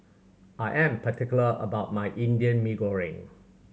I am particular about my Indian Mee Goreng